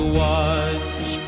watch